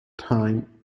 time